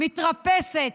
מתרפסת,